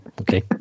okay